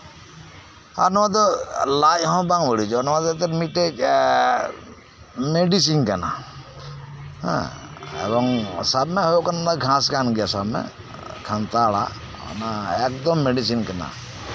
ᱟᱨ ᱱᱚᱣᱟ ᱛᱮᱫᱚ ᱞᱟᱡ ᱦᱚᱸ ᱵᱟᱝ ᱵᱟᱹᱲᱤᱡᱚᱜᱼᱟ ᱱᱚᱣᱟ ᱛᱮᱫᱚ ᱢᱤᱫᱴᱮᱡ ᱢᱮᱰᱤᱥᱤᱱ ᱠᱟᱱᱟ ᱜᱷᱟᱥ ᱠᱟᱱ ᱜᱮᱭᱟ ᱥᱟᱵ ᱢᱮ ᱠᱷᱟᱱᱛᱟ ᱟᱲᱟᱜ ᱮᱠᱫᱚᱢ ᱢᱮᱰᱤᱥᱤᱱ ᱠᱟᱱᱟ